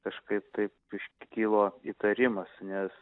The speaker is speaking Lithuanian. kažkaip taip išk kilo įtarimas nes